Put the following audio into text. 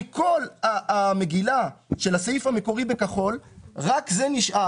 מכל המגילה של הסעיף המקורי בכחול זה נשאר.